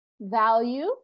value